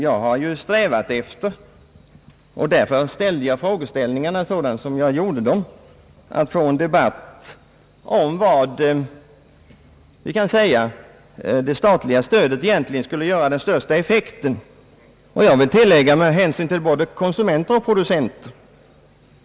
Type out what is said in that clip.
Jag har ju strävat efter — och därför ställde jag frågorna just som jag gjorde — att få en debatt om var det statliga stödet gör den största effekten. Jag vill tillägga: både med hänsyn till konsumenter och producenter.